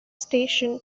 station